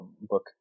book